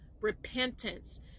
repentance